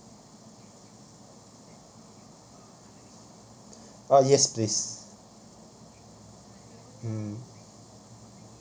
uh yes please mm